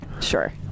Sure